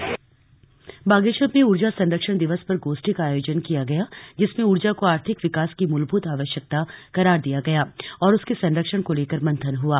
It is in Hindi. ऊर्जा संरक्षण दिवस बागेश्वर में ऊर्जा संरक्षण दिवस पर गोष्ठी का आयोजन किया गया जिसमें ऊर्जा को आर्थिक विकास की मूलभूत आवश्यकता करार दिया गया और उसके संरक्षण को लेकर मंथन हुआ